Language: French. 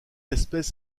espèce